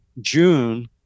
June